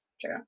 True